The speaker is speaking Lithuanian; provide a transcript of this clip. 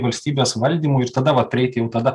valstybės valdymui ir tada vat prieikim tada